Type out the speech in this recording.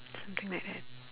something like that